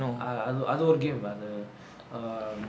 அது ஒரு:athu oru game but err